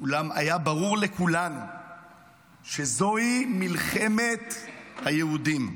אולם היה ברור לכולנו שזוהי, מלחמת יהודים".